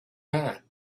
man